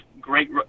great